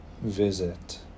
visit